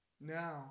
Now